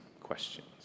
questions